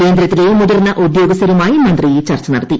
കേന്ദ്രത്തിലെ മുതിർന്ന ഉദ്യോഗസ്ഥരുമായി മന്ത്രി ചർച്ച നടത്തി